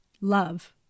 love